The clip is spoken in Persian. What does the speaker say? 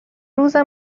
روزه